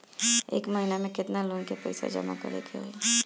एक महिना मे केतना लोन क पईसा जमा करे क होइ?